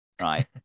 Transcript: Right